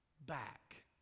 back